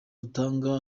dutanga